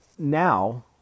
Now